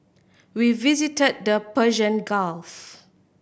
we visit the Persian Gulf